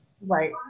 right